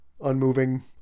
unmoving